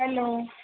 hello